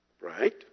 right